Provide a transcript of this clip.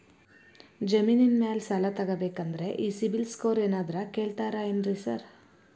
ಜಮೇನಿನ ಮ್ಯಾಲೆ ಸಾಲ ತಗಬೇಕಂದ್ರೆ ಈ ಸಿಬಿಲ್ ಸ್ಕೋರ್ ಏನಾದ್ರ ಕೇಳ್ತಾರ್ ಏನ್ರಿ ಸಾರ್?